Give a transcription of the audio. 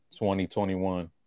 2021